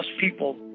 people